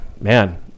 Man